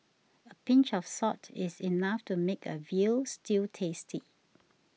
a pinch of salt is enough to make a Veal Stew tasty